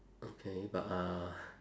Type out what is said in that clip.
okay but uh